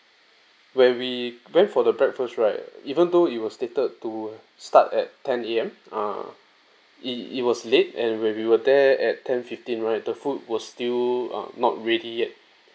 where we went for the breakfast right even though it was stated to start at ten AM uh it it was late and we were there at ten fifteen right the food was still err not ready yet